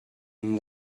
and